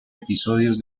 episodios